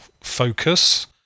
focus